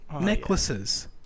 necklaces